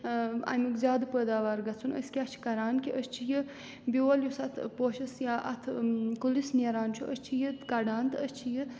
اَمیُک زیادٕ پٲداوار گَژھُن أسۍ کیٛاہ چھِ کَران کہِ أسۍ چھِ یہِ بیول یُس اَتھ پوشَس یا اَتھ کُلِس نیران چھُ أسۍ چھِ یہِ کَڑان تہٕ أسۍ چھِ یہِ